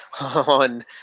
on